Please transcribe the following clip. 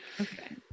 Okay